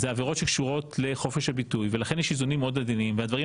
אלה עבירות שקשורות לחופש הביטוי ולכן יש איזונים מאוד עדינים והדברים,